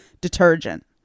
detergent